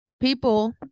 People